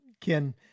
Ken